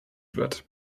wird